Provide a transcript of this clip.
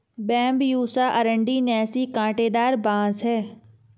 Bambusa arundinacea काँटेदार बाँस है